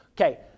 Okay